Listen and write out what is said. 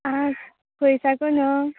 हां खंय साकून